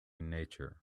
nature